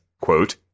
quote